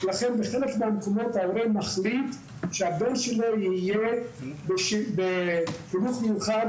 לכן בחלק מהמקומות ההורה מחליט שהבן שלו יהיה בחינוך מיוחד